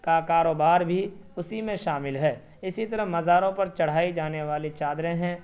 کا کاروبار بھی اسی میں شامل ہے اسی طرح مزاروں پر چڑھائی جانے والی چادریں ہیں